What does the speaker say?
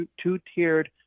two-tiered